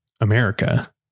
America